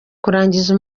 kurangiza